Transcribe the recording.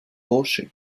rochers